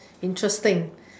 interesting